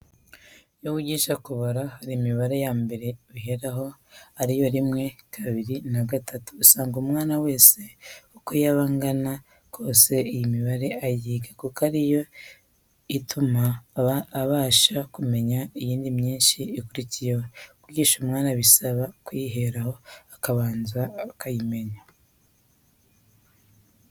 Iyo wiga kubara hari imibare ya mbere uheraho, ariyo: "Rimwe, kabiri na gatatu" usanga umwana wese uko yaba angana kose iyi mibare ayiga kuko ari yo ituma abasha no kumenya iyindi myinshi ikurikiyeho. Kwigisha umwana bisaba kuyiheraho akabanza akayimenya.